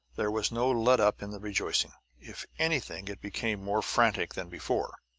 there was no let-up in the rejoicing if anything, it became more frantic than before.